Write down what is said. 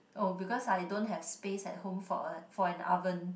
oh because I don't have space at home for a for an oven